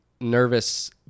nervous